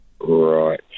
Right